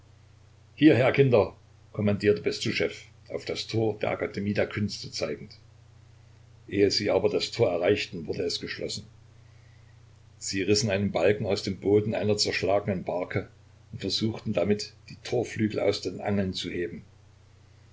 hierher kinder kommandierte bestuschew auf das tor der akademie der künste zeigend ehe sie aber das tor erreichten wurde es geschlossen sie rissen einen balken aus dem boden einer zerschlagenen barke und versuchten damit die torflügel aus den angeln zu heben